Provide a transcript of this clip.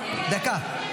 דקה.